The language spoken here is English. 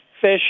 fish